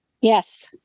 yes